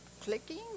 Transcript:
clicking